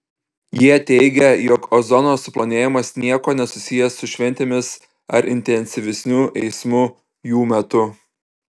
jie teigia jog ozono suplonėjimas niekuo nesusijęs su šventėmis ar intensyvesniu eismu jų metu